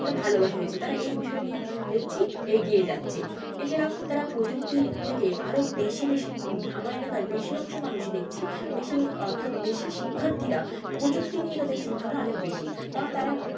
একটা ভালোবাসা রয়েছে তারা এই বিষয় নিয়ে দেখছি এগিয়ে যাচ্ছে এছাড়াও তারা প্রযুক্তি থেকে আরো বেশি বেশি আমার এলাকায় বেশি অংশ মানুষই দেখছি বেশি অর্থাৎ বেশি শিক্ষার্থীরা প্রযুক্তি নিয়ে তাদের চিন্তা ভাবনা অনেক বেশি কারণ তারা